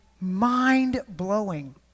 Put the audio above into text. mind-blowing